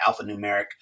alphanumeric